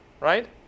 right